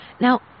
Now